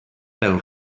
pèl